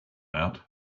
out